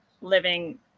living